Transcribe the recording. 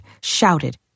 shouted